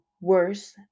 worse